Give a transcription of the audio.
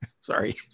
sorry